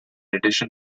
addition